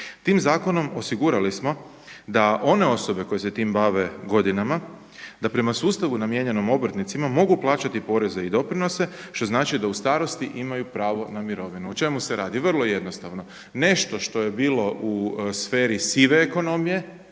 Tim zakonom osigurali smo da one osobe koje se time bave godinama, da prema sustavu namijenjenom obrtnicima mogu plaćati poreze i doprinose što znači da u starosti imaju pravo na mirovinu. O čemu se radi? Vrlo jednostavno. Nešto što je bilo u sferi sive ekonomije